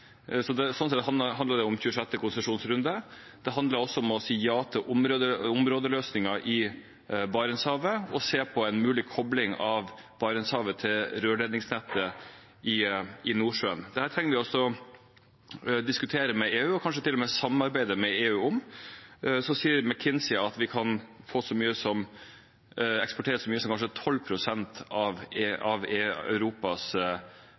Sånn sett handler det om 26. konsesjonsrunde. Det handler også om å si ja til områdeløsninger i Barentshavet og se på en mulig kobling av Barentshavet til rørledningsnettet i Nordsjøen. Dette trenger vi også å diskutere med EU og kanskje til og med samarbeide med EU om. Så sier McKinsey at vi kan eksportere så mye som kanskje 12 pst. av Europas behov for hydrogen i framtiden hvis vi gjør disse tingene. Så